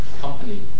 company